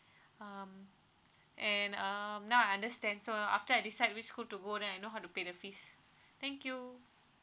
um and um now I understand so after I decide which school to go then I know how to pay the fees thank you